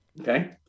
okay